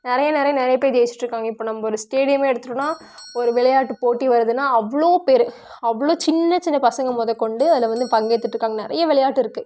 நிறையா நிறையா நிறையா பேர் ஜெய்ச்சிட்டு இருக்காங்க இப்போ நம்ம ஒரு ஸ்டேடியம் எடுத்துகிட்டோன்னா ஒரு விளையாட்டுப் போட்டி வருதுன்னா அவ்வளோ பேர் அவ்வளோ சின்ன சின்ன பசங்க முதக்கொண்டு அதில் வந்து பங்கேற்றுட்டு இருக்காங்க நிறையா விளையாட்டு இருக்குது